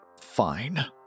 Fine